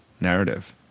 narrative